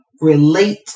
relate